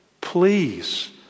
Please